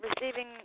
receiving